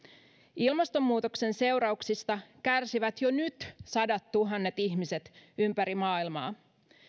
ilmastonmuutoksen seurauksista kärsivät jo nyt sadattuhannet ihmiset ympäri maailmaa